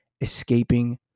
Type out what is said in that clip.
escaping